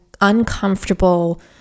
uncomfortable